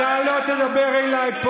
אתה פונה אליי,